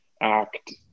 act